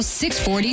640